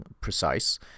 precise